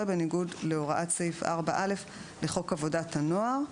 בניגוד להוראת סעיף 4א לחוק עבודת הנוער".